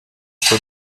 uko